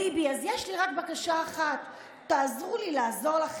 ביבי: אז יש לי רק בקשה אחת תעזרו לי לעזור לכם,